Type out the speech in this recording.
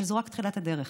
אבל זו רק תחילת הדרך.